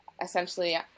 essentially